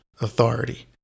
authority